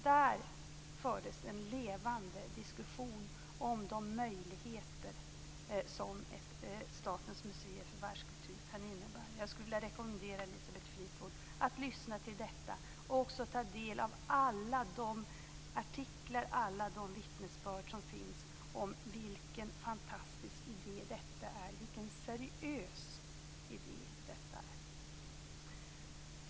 Där fördes en levande diskussion om de möjligheter som ett statens museer för världskultur kan innebära. Jag skulle vilja rekommendera Elisabeth Fleetwood att lyssna till detta och även ta del av alla de artiklar och alla de vittnesbörd som finns om vilken fantastisk och seriös idé detta är.